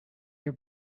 your